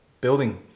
building